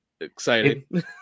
exciting